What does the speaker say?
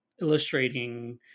illustrating